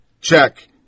check